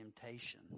temptation